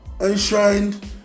enshrined